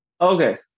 Okay